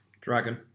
Dragon